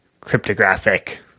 cryptographic